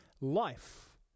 life